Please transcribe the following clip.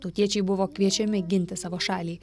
tautiečiai buvo kviečiami ginti savo šalį